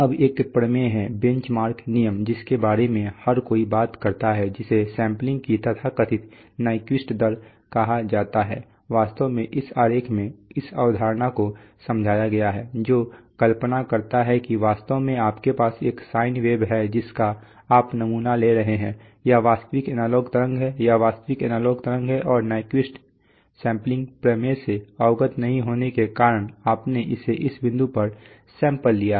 अब एक प्रमेय है बेंच मार्क नियम जिसके बारे में हर कोई बात करता है जिसे सैंपलिंग की तथाकथित Nyquist दर कहा जाता है वास्तव में इस आरेख में इस अवधारणा को समझाया गया है जो कल्पना करता है कि वास्तव में आपके पास यह साइन वेव है जिसका आप नमूना ले रहे हैं यह वास्तविक एनालॉग तरंग है यह वास्तविक एनालॉग तरंग है और Nyquist सैंपलिंग प्रमेय से अवगत नहीं होने के कारण आपने इसे इन बिंदुओं पर सैंपल लिया है